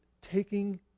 taking